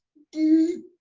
do,